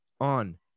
on